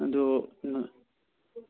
ꯑꯗꯨ